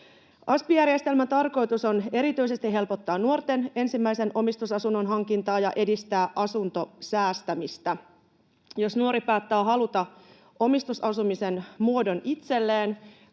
Asp-järjestelmän tarkoitus on erityisesti helpottaa nuorten ensimmäisen omistusasunnon hankintaa ja edistää asuntosäästämistä. Jos nuori päättää haluta omistusasumisen muodon itselleen,